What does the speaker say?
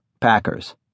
Packers